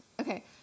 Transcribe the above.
Okay